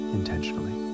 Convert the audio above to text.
intentionally